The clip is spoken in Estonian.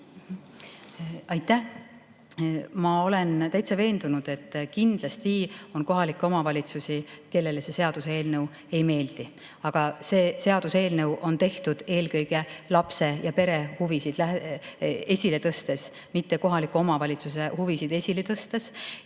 Aitäh! Ma olen täiesti veendunud, et kindlasti on kohalikke omavalitsusi, kellele see seaduseelnõu ei meeldi. Aga see seaduseelnõu on tehtud eelkõige lapse ja pere huvisid esile tõstes, mitte kohaliku omavalitsuse huvisid esile tõstes.